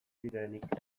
zirenik